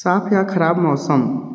साफ़ या खराब मौसम